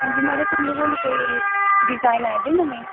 हांजी महाराज तुंदे कोल कोई डिजाइन आए दे नमें